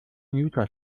luther